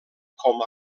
com